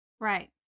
right